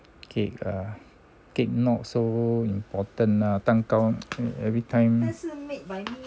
cake ah cake not so important lah 蛋糕 everytime